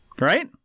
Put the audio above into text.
Right